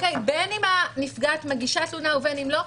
בין אם הנפגעת מגישה תלונה ובין אם לא,